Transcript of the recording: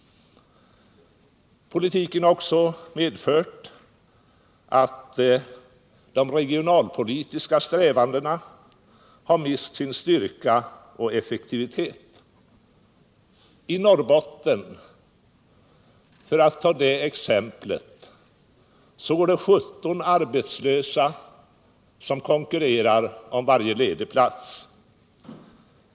Politiken har också medfört att de regionalpolitiska åtgärderna mist sin styrka och effektivitet. I Norrbotten, för att ta det länet som exempel, konkurrerar 17 arbetslösa om varje ledig plats.